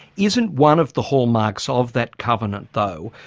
isn't one of the hallmarks ah of that covenant though,